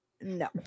No